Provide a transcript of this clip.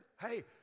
hey